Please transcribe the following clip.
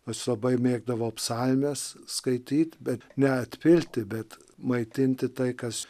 aš labai mėgdavau psalmes skaityt bet neatpilti bet maitinti tai kas